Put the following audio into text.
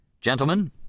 Gentlemen